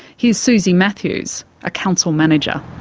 here's suzie matthews, a council manager.